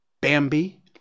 Bambi